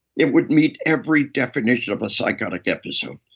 it would meet every definition of a psychotic episode.